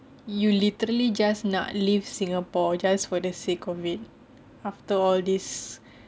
you literally just nak leave singapore just for the sake of it after all this